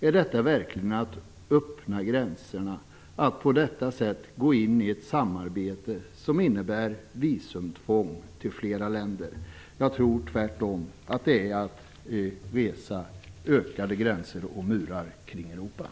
Är det verkligen att öppna gränserna att på detta sätt gå in i ett samarbete som innebär visumtvång till fler länder? Jag tror tvärtom att det är att skapa fler gränser och resa högre murar kring